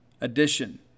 addition